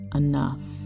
enough